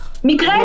מקרה.